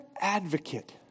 advocate